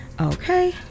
Okay